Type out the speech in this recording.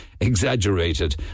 exaggerated